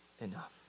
enough